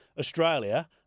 Australia